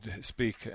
speak